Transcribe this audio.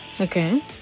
Okay